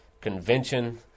convention